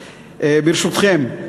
ברשותכם,